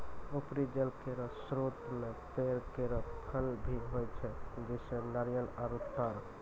उपरी जल केरो स्रोत म पेड़ केरो फल भी होय छै, जैसें नारियल आरु तार